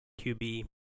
QB